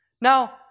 Now